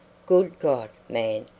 good god, man,